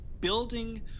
building